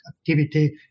activity